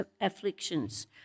afflictions